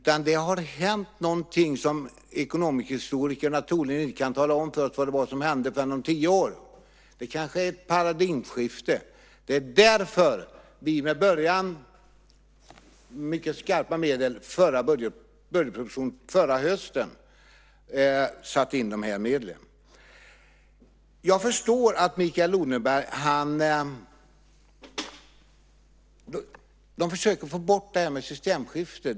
Troligen kan de som kan ekonomisk historia inte tala om för oss vad det var som hände förrän om tio år. Det kanske är ett paradigmskifte. Det är därför vi med början i budgetpropositionen förra hösten satte in dessa mycket skarpa medel. Jag förstår att Mikael Odenberg försöker att få bort detta med systemskiftet.